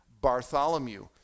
Bartholomew